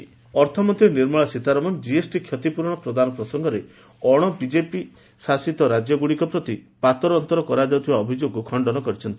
GST compensation ଅର୍ଥମନ୍ତ୍ରୀ Nirmala Sitharaman GST କ୍ଷତିପୂରଣ ପ୍ରଦାନ ପ୍ରସଙ୍ଗରେ ଅଣବିଜେପି ଶାସିତ ରାଜ୍ୟଗୁଡ଼ିକ ପ୍ରତି ପାତର ଅନ୍ତର କରାଯାଉଥିବା ଅଭିଯୋଗକୁ ଖଣ୍ଡନ କରିଛନ୍ତି